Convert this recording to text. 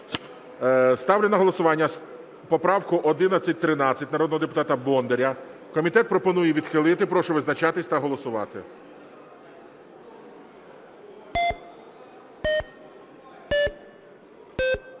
Ставлю на голосування поправку 1113 народного депутата Бондаря. Комітет пропонує відхилити. Прошу визначатись та голосувати.